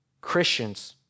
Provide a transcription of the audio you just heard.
Christians